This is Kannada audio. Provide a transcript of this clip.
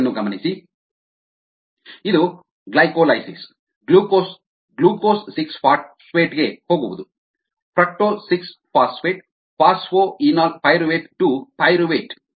ಇದು ಗ್ಲೈಕೋಲಿಸಿಸ್ ಗ್ಲೂಕೋಸ್ ಗ್ಲೂಕೋಸ್ 6 ಫಾಸ್ಫೇಟ್ಗೆ ಹೋಗುವುದು fructose 6 phosphate phosphoenolpyruvate to pyruvate